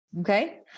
Okay